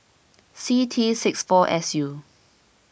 C T six four S U